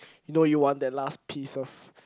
you know you want that last piece of